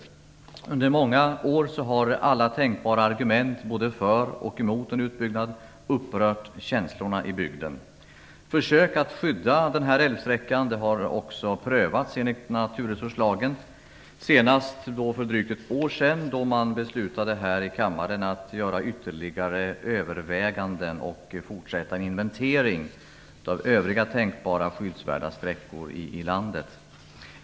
Under många år har alla tänkbara argument både för och emot en utbyggnad upprört känslorna i bygden. Försök att skydda den här älvsträckan har gjorts. Frågan har också prövats enligt naturresurslagen - senast för drygt ett år sedan. Då beslutade man här i kammaren att göra ytterligare överväganden och fortsätta med en inventering av övriga tänkbara skyddsvärda sträckor i landet.